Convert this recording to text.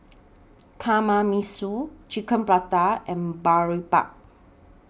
Kamameshi Chicken Parata and Boribap